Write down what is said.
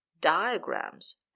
diagrams